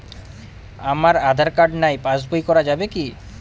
আমার আঁধার কার্ড নাই পাস বই করা যাবে কি?